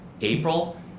April